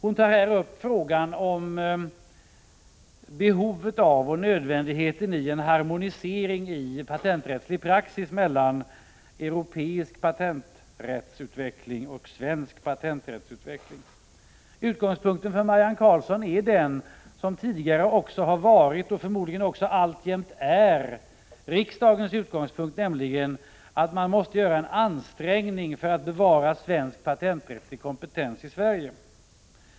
Hon tar upp frågan om behovet av och nödvändigheten i en harmonisering av patenträttslig praxis när det gäller europeisk patenträttsutveckling och svensk patenträttsutveckling. Utgångspunkten för Marianne Karlsson är densamma som riksdagen tidigare har haft och förmodligen alltjämt har, nämligen att man måste göra en ansträngning för att bevara svensk patenträttslig kompetens i Sverige.